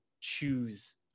choose